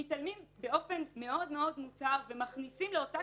הם מתעלמים באופן מאוד מאוד מוצהר ומכניסים לאותה